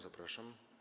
Zapraszam.